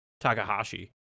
Takahashi